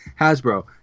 Hasbro